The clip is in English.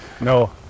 No